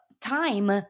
time